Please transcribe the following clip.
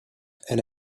and